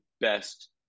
best